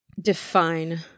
define